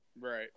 Right